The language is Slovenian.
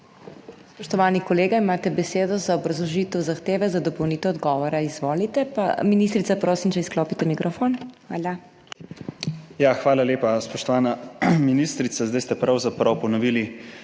Spoštovani kolega, imate besedo za obrazložitev zahteve za dopolnitev odgovora. Izvolite. Ministrica, prosim, da izklopite mikrofon. Hvala. **ANDREJ HOIVIK (PS SDS):** Hvala lepa. Spoštovana ministrica, zdaj ste pravzaprav ponovili